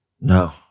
No